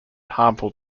harmful